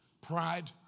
pride